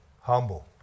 Humble